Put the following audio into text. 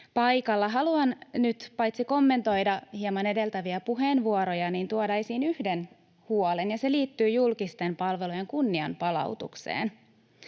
Haluan nyt paitsi hieman kommentoida edeltäviä puheenvuoroja, myös tuoda esiin yhden huolen. Se liittyy julkisten palvelujen kunnianpalautukseen.